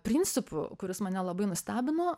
principų kuris mane labai nustebino